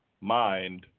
mind